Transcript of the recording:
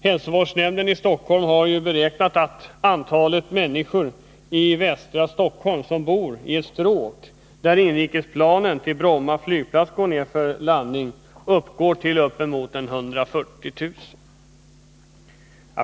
Hälsovårdsnämnden i Stockholm har ju beräknat att antalet människor i västra Stockholm som bor intill ett stråk där inrikesplanen går ned för landning på Bromma uppgår till uppemot 140 000.